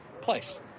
place